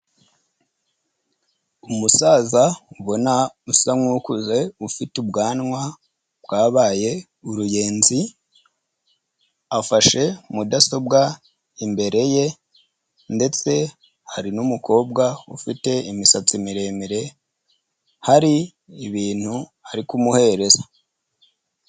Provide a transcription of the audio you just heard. Umusaza mubona usa nk'ukuze ufite ubwanwa bwabaye uruyenzi, afashe mudasobwa imbere ye ndetse hari n'umukobwa ufite imisatsi miremire, hari ibintu ari kumuhereza.